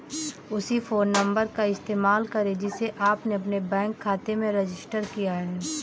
उसी phone number का इस्तेमाल करें जिसे आपने अपने बैंक खाते में रजिस्टर किया है